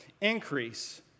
increase